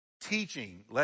teaching